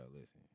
listen